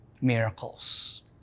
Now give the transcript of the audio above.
miracles